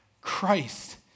Christ